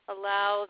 Allow